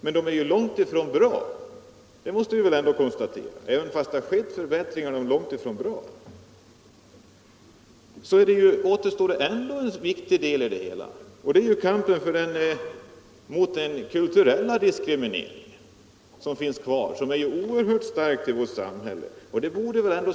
Men det är ju ändå långt ifrån bra — det måste vi väl ändå konstatera. Ännu återstår en viktig del, nämligen kampen mot den kulturella diskrimineringen, som är oerhört stark i vårt samhälle.